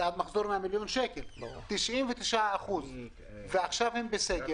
זה עד מחזור של 100 מיליון שקל, ועכשיו הם בסגר.